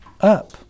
up